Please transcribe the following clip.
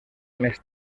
més